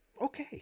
Okay